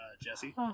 Jesse